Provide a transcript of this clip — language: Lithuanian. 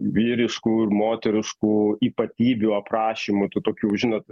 vyriškų ir moteriškų ypatybių aprašymų tų tokių žinot